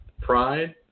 pride